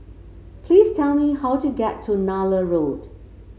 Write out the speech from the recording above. please tell me how to get to Nallur Road